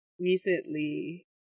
recently